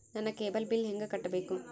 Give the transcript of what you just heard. ನನ್ನ cable bill ಹೆಂಗ ಕಟ್ಟಬೇಕು?